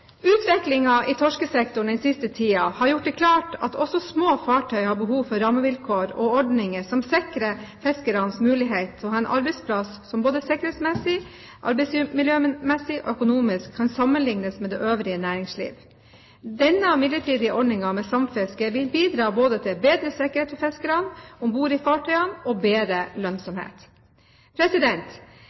i torskesektoren den siste tiden har gjort det klart at også små fartøy har behov for rammevilkår og ordninger som sikrer fiskernes mulighet til å ha en arbeidsplass som både sikkerhetsmessig, arbeidsmiljømessig og økonomisk kan sammenlignes med det øvrige næringsliv. Den midlertidige ordningen med samfiske vil bidra både til bedre sikkerhet for fiskerne om bord i fartøyene og til bedre lønnsomhet.